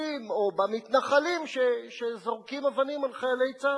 או במתנחלים שזורקים אבנים על חיילי צה"ל?